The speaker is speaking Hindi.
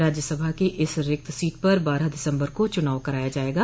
राज्यसभा की इस रिक्त सीट पर बारह दिसम्बर को चुनाव कराया जायेगा